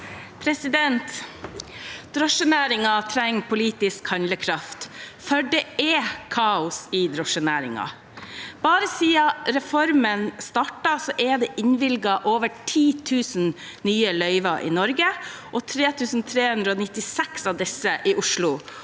Drosjenæringen trenger politisk handlekraft, for det er kaos i drosjenæringen. Bare siden reformen startet, er det innvilget over 10 000 nye løyver i Norge, 3 396 av disse i Oslo.